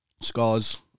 Scars